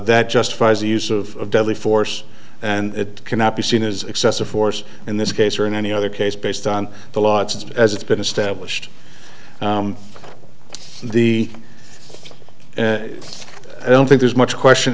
that justifies the use of deadly force and it cannot be seen as excessive force in this case or in any other case based on the law just as it's been established the i don't think there's much question